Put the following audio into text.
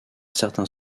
certain